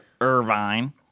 Irvine